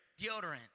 deodorant